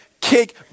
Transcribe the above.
kick